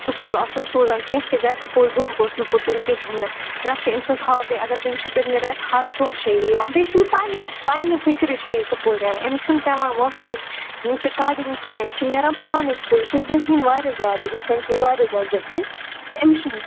school آسُن سوزان کیٚنٛہہ تہِ گژھِ سکوٗل دۄہ گوٚژھ نہٕ پھُٹُن کِہیٖنۍ نہٕ نَہ چھِ أمۍ سٕنٛز ہاف ڈے اگر تُہۍ وٕچھُو پٔتۍمہِ رٮ۪تہٕ ہَرٕ دۄہ چھےٚ یہِ یِوان بیٚیہِ چھِ یہِ پنٛنہِ پنٛنہِ فِکرِ چھےٚ یہِ سکوٗل نیران أمِس چھُنہٕ پٮ۪وان وۄتھُن تہِ کَڑٕنۍ کیٚنٛہہ یہِ چھِ نیران پانَے سکوٗل یہِ چھےٚ ذٔہیٖن واریاہ زیادٕ یِتھ کَنۍ چھےٚ یہِ واریاہ زیادٕ ذٔہیٖن تہٕ أمِس چھُنہٕ